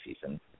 season